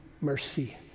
mercy